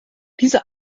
dieser